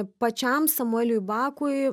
pačiam samueliui bakui